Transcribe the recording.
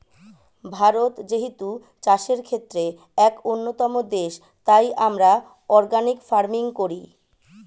ভারত যেহেতু চাষের ক্ষেত্রে এক অন্যতম দেশ, তাই আমরা অর্গানিক ফার্মিং করি